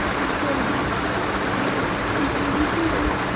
i just want to be here. please leave me here.